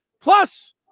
Plus